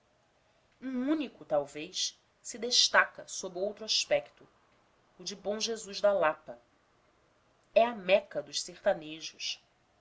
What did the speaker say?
um único talvez se destaca sob outro aspecto o de bom jesus da lapa é a meca dos sertanejos